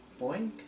Boink